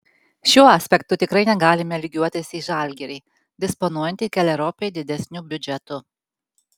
šiuo aspektu tikrai negalime lygiuotis į žalgirį disponuojantį keleriopai didesniu biudžetu